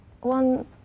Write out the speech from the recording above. one